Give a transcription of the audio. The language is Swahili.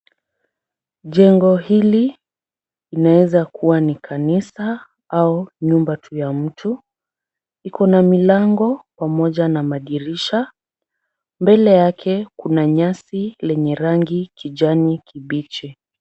Jengo hili linaeza kuwa ni kanisa au nyumba tu ya mtu, iko na milango pamoja na madirisha, mbele yake kuna nyasi lenye rangi kijani kibichi.